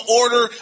order